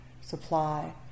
supply